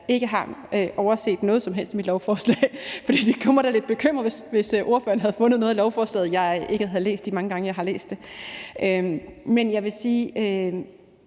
ikke har overset noget som helst i lovforslaget, for det havde da været lidt bekymrende, hvis ordføreren havde fundet noget i lovforslaget, som jeg ikke havde set de mange gange, jeg har læst det. Men jeg vil sige,